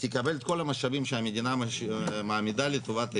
תקבל את כל המשאבים שהמדינה מעמידה לטובת העניין.